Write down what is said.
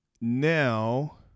Now